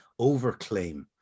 overclaim